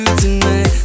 tonight